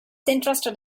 interested